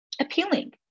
appealing